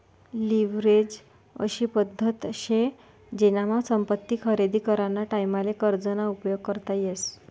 leverage अशी पद्धत शे जेनामा संपत्ती खरेदी कराना टाईमले कर्ज ना उपयोग करता येस